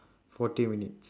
forty minutes